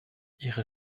ihre